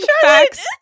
facts